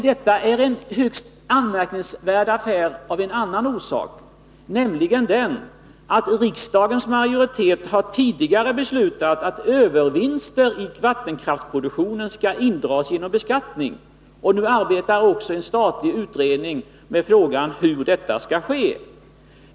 Detta är en högst anmärkningsvärd affär också av en annan orsak, nämligen den att riksdagens majoritet tidigare har beslutat att övervinster på vattenkraftsproduktionen skall indras genom beskattning. Nu arbetar en statlig utredning med frågan om hur detta skall ske.